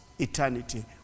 eternity